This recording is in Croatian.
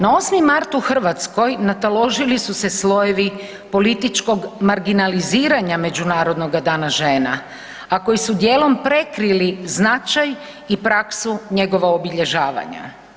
No 8. mart u Hrvatskoj nataložili su se slojevi političkog marginaliziranja Međunarodnoga dana žena, a koji su dijelom prekrili značaj i praksu njegova obilježavanja.